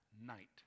night